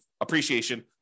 appreciation